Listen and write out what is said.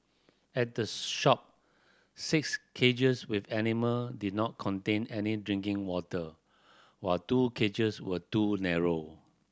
at the shop six cages with animal did not contain any drinking water while two cages were too narrow